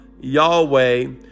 Yahweh